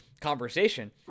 conversation